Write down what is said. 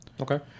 Okay